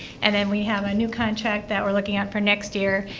and then we have a new contract that we're looking at for next year.